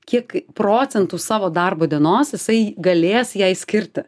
kiek procentų savo darbo dienos jisai galės jai skirti